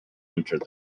entered